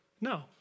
No